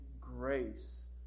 grace